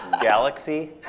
galaxy